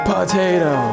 Potato